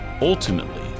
ultimately